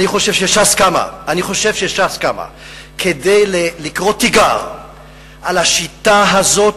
אני חושב שש"ס קמה כדי לקרוא תיגר על השיטה הזאת,